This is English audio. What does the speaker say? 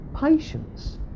patience